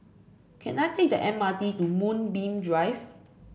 can I take the M R T to Moonbeam Drive